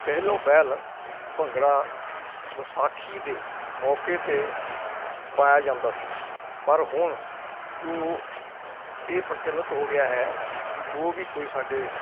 ਪਹਿਲੋਂ ਪਹਿਲ ਭੰਗੜਾ ਵਿਸਾਖੀ ਦੇ ਮੌਕੇ 'ਤੇ ਪਾਇਆ ਜਾਂਦਾ ਸੀ ਪਰ ਹੁਣ ਜੋ ਇਹ ਪ੍ਰਚਲਤ ਹੋ ਗਿਆ ਹੈ ਕਿ ਜੋ ਵੀ ਕੋਈ ਸਾਡੇ